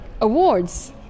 Awards